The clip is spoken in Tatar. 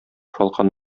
шалкан